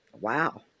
Wow